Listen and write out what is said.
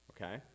Okay